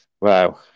wow